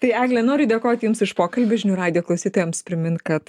tai egle noriu dėkoti jums už pokalbį žinių radijo klausytojams primint kad